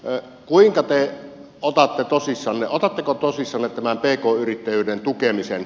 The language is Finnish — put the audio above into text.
ja kuinka te otatte tosissanne otatteko tosissanne tämän pk yrittäjyyden tukemisen